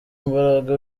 imbaraga